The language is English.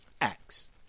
Acts